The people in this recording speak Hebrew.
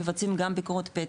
מבצעים גם בדיקות פתע,